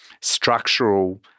structural